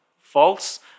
false